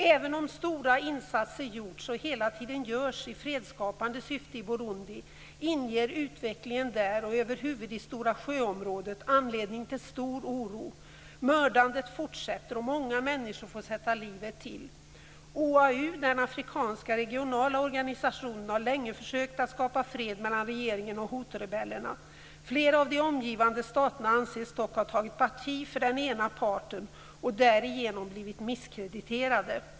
Även om stora insatser gjorts och hela tiden görs i fredsskapande syfte i Burundi, inger utvecklingen där och över huvud i Stora sjö-området anledning till stor oro. Mördandet fortsätter och många människor får sätta livet till. OAU, den afrikanska regionala organisationen, har länge försökt att skapa fred mellan regeringen och Huturebellerna. Flera av de omgivande staterna anses dock ha tagit parti för den ena parten och därigenom blivit misskrediterade.